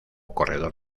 corredor